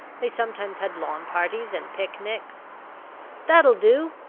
they sometimes had lawn-parties and picnics that'll do!